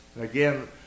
Again